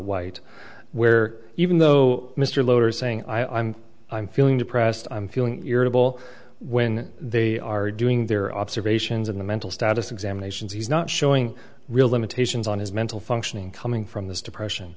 white where even though mr low are saying i'm i'm feeling depressed i'm feeling irritable when they are doing their observations and the mental status examinations he's not showing real limitations on his mental functioning coming from this depression